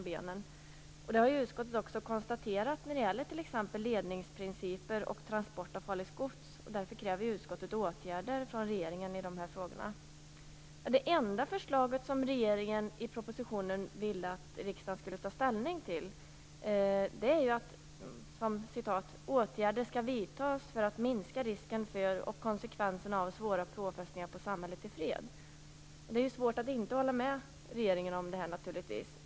Det har utskottet också konstaterat när det gäller t.ex. ledningsprinciper och transport av farligt gods. Därför kräver utskottet åtgärder från regeringen i de här frågorna. Det enda förslag som regeringen i propositionen vill att riksdagen skall ta ställning till är att "åtgärder skall vidtas för att minska risken för och konsekvenserna av svåra påfrestningar på samhället i fred". Det är naturligtvis svårt att inte hålla med regeringen om detta.